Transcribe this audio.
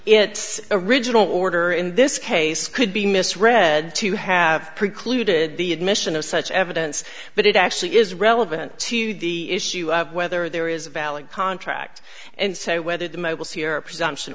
its original order in this case could be misread to have precluded the admission of such evidence but it actually is relevant to the issue of whether there is a valid contract and say whether the mobile's here presumption